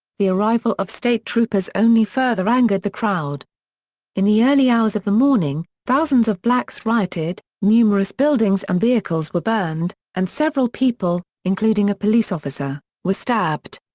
the arrival of state troopers only further angered the crowd in the early hours of the morning, thousands of blacks rioted, numerous buildings and vehicles were burned, and several people, including a police officer, were stabbed.